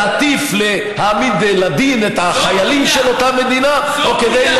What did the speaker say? להטיף להעמיד לדין את החיילים של אותה מדינה זו בגידה.